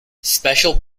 special